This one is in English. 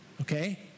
Okay